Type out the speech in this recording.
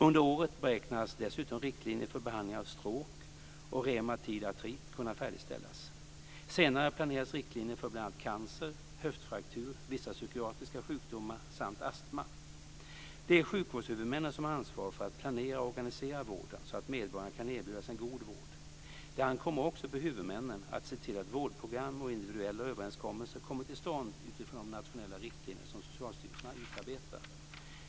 Under året beräknas dessutom riktlinjer för behandling av stroke och reumatid artrit kunna färdigställas. Senare planeras riktlinjer för bl.a. cancer, höftfraktur, vissa psykiatriska sjukdomar samt astma. Det är sjukvårdshuvudmännen som har ansvar för att planera och organisera vården så att medborgarna kan erbjudas en god vård. Det ankommer också på huvudmännen att se till att vårdprogram och individuella överenskommelser kommer till stånd utifrån de nationella riktlinjer som Socialstyrelsen utarbetar.